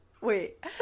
wait